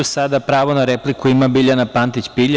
Sada pravo na repliku ima Biljana Pantić Pilja.